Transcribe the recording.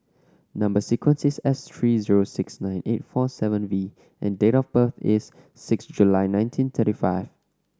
number sequence is S three zero six nine eight four seven V and date of birth is six July nineteen thirty five